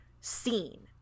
scene